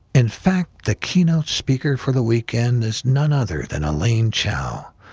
in fact, the keynote speaker for the weekend is none other than elaine chao,